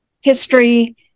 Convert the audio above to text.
history